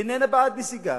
היא איננה בעד נסיגה,